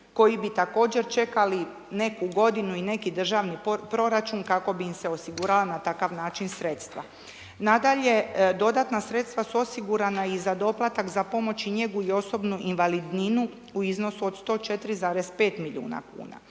koji bi također čekali neku godinu i neki državni proračun kako bi im se osigurala na takav način sredstva. Nadalje, dodatna sredstva su osigurana i za doplatak za pomoć i njegu i osobnu invalidninu u iznosu od 104,5 milijuna kuna.